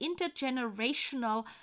intergenerational